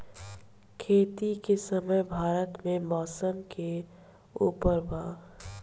खेती के समय भारत मे मौसम के उपर बा